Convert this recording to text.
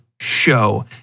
show